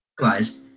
Realized